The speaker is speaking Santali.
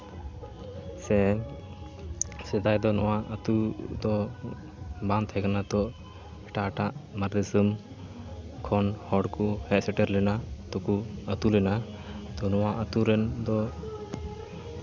ᱥᱮ ᱥᱮᱫᱟᱭ ᱫᱚ ᱱᱚᱣᱟ ᱟᱹᱛᱩ ᱫᱚ ᱵᱟᱝ ᱛᱟᱦᱮᱸᱠᱟᱱᱟ ᱛᱚ ᱮᱴᱟᱜᱼᱮᱴᱟᱜ ᱫᱤᱥᱚᱢ ᱠᱷᱚᱱ ᱦᱚᱲ ᱠᱚ ᱦᱮᱡ ᱥᱮᱴᱮᱨ ᱞᱮᱱᱟ ᱟᱫᱚ ᱠᱚ ᱟᱹᱛᱩ ᱞᱮᱱᱟ ᱛᱚ ᱱᱚᱣᱟ ᱟᱹᱛᱩ ᱨᱮᱱ ᱫᱚ